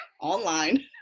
online